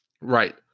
right